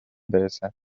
برسند